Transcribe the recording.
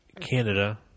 Canada